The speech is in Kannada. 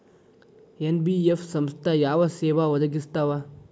ಎನ್.ಬಿ.ಎಫ್ ಸಂಸ್ಥಾ ಯಾವ ಸೇವಾ ಒದಗಿಸ್ತಾವ?